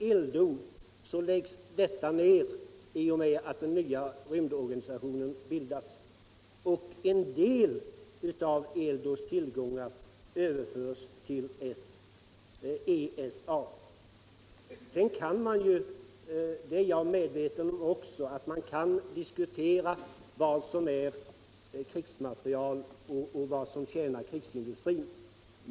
ELDO läggs ned i och med att den nya rymdorganisationen bildas. En del av ELDO:s tillgångar överförs till ESA. Jag är medveten om att man kan diskutera vad som är krigsmateriel och vad som tjänar krigsindustrin.